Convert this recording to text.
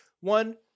One